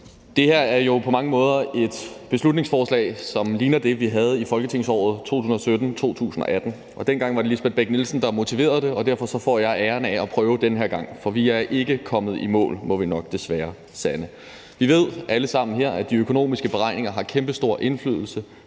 Det her er jo på mange måder et beslutningsforslag, som ligner det, vi havde i Folketingsåret 2017-18. Dengang var det Lisbeth Bech-Nielsen, der motiverede det, og derfor får jeg æren af at prøve den her gang. For vi er ikke kommet i mål, må vi nok desværre sande. Vi ved alle sammen her, at de økonomiske beregninger har kæmpestor indflydelse